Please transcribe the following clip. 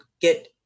get